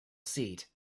seat